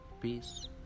Peace